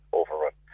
overrun